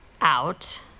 out